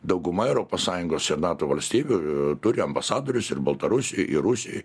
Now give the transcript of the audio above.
dauguma europos sąjungos ir nato valstybių turi ambasadorius ir baltarusijoj rusijoj